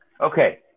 Okay